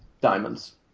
Diamonds